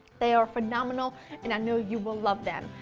they are phenomenal and i know you will love them,